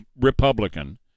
Republican